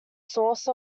source